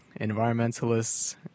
environmentalists